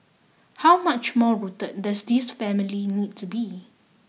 how much more rooted does this family need to be